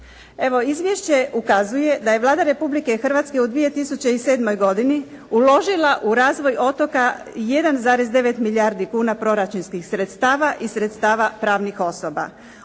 izvješće ukazuje da je Vlada Republike Hrvatske u 2007. godini uložila u razvoj otoka 1,9 milijardi kuna proračunskih sredstava i sredstava pravnih osoba.